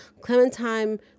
Clementine